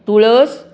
तुळस